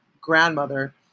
grandmother